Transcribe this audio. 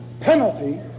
penalty